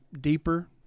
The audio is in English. deeper